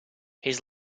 his